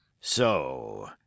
So